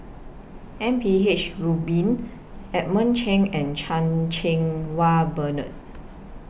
M P H Rubin Edmund Cheng and Chan Cheng Wah Bernard